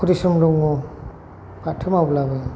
फरिस्रम दङ फाथो मावब्लाबो